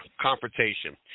confrontation